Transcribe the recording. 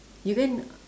you go and